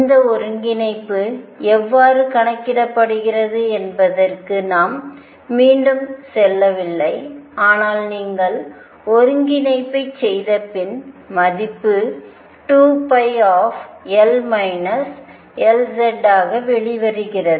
இந்த ஒருங்கிணைப்பு எவ்வாறு கணக்கிடப்படுகிறது என்பதற்கு நாம் மீண்டும் செல்லவில்லை ஆனால் நீங்கள் ஒருங்கிணைப்பைச் செய்தபின் மதிப்பு 2π L |Lz| ஆக வெளிவருகிறது